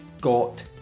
got